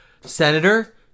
Senator